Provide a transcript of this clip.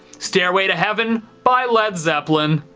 stairway to heaven by led zeppeli. and